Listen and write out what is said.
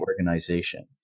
organization